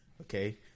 okay